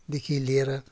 देखि लिएर